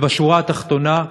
ובשורה התחתונה,